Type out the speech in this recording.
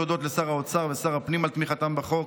תודות לשר האוצר ולשר הפנים על תמיכתם בחוק.